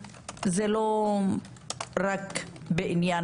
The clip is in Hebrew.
זה לא רק בעניין